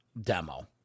demo